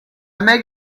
make